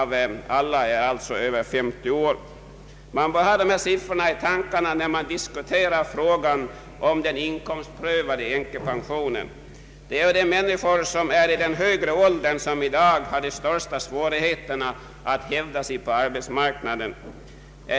Man bör ha dessa siffror i tankarna när man diskuterar frågan om den inkomstprövade änkepensionen. Det är ju människor i höga åldrar som i dag har de största svårigheterna att hävda sig på arbetsmarknaden.